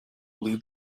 blew